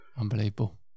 Unbelievable